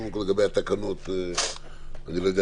קודם כל לגבי התקנות אני לא יודע